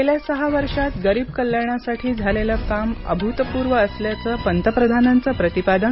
गेल्या सहा वर्षात गरीब कल्याणासाठी झालेलं काम अभूतपूर्व असल्याचं पंतप्रधानांचं प्रतिपादन